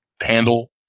handle